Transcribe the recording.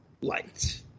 light